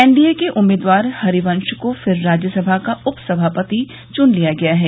NDA के उम्मीदवार हरिवंश को फिर राज्यसभा का उपसभापति चुन लिया गया है